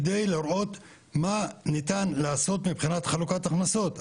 על מנת לראות מה ניתן לעשות מבחינת חלוקת הכנסות.